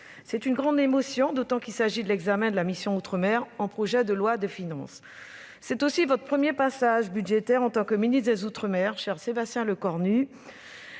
C'est une grande émotion, d'autant qu'il s'agit de l'examen de la mission « Outre-mer » du projet de loi de finances. C'est aussi votre premier passage budgétaire en tant que ministre des outre-mer, cher Sébastien Lecornu.